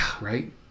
right